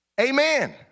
Amen